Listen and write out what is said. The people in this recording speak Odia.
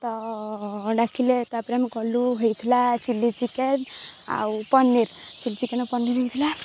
ତ ଡାକିଲେ ତା'ପରେ ଆମେ ଗଲୁ ହେଇଥିଲା ଚିଲି ଚିକେନ୍ ଆଉ ପନିର ଚିଲି ଚିକେନ୍ ପନିର ହେଇଥିଲା